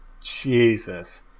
Jesus